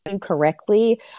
correctly